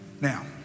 Now